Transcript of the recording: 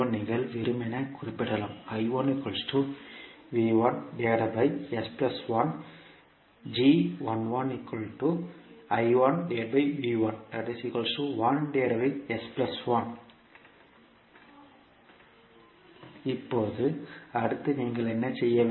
நீங்கள் வெறுமனே குறிப்பிடலாம் இப்போது அடுத்து நீங்கள் என்ன செய்ய வேண்டும்